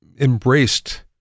embraced